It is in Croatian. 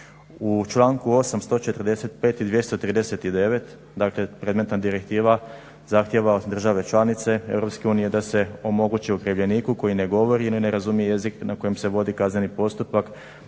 U članku 8, 145 i 239 dakle predmetna direktiva zahtjeva od države članice EU da omogući okrivljeniku koji ne govori ili ne razumije jezik na kojem se vodi kazneni postupak